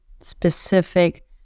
specific